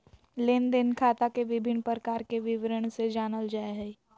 लेन देन खाता के विभिन्न प्रकार के विवरण से जानल जाय हइ